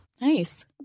Nice